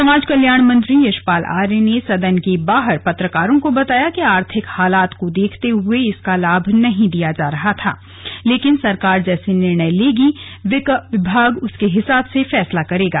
समाज कल्याण मंत्री यशपाल आर्य ने सदन के बाहर पत्रकारों को बताया कि आर्थिक हालात को देखते हुए इसका लाभ नहीं दिया जा रहा था लेकिन सरकार जैसे निर्णय लेगी विभाग उसके हिसाब से फैसला करेगा